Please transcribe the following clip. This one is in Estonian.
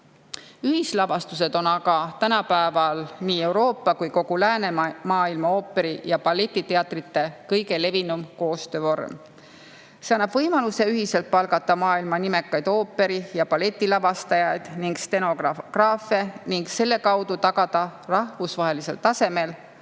Ühislavastused on aga tänapäeval nii Euroopa kui ka kogu läänemaailma ooperi- ja balletiteatrite kõige levinum koostöövorm. See annab võimaluse ühiselt palgata maailma nimekaid ooperi- ja balletilavastajaid ja stsenograafe ning selle kaudu tagada rahvusvaheliselt kõrgel